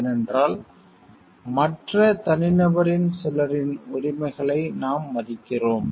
ஏனென்றால் மற்ற தனி நபரின் சிலரின் உரிமைகளை நாம் மதிக்கிறோம்